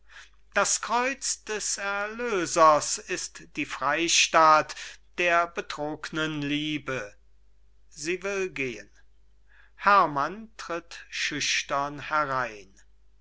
das kreuz des erlösers ist die freystatt der betrognen liebe sie will gehn herrmann tritt schüchtern herein